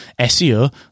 SEO